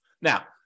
Now